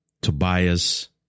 Tobias